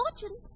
fortune